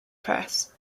press